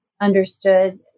understood